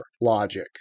logic